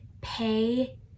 pay